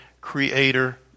creator